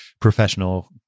professional